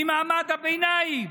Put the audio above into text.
ממעמד הביניים,